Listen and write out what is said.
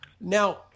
Now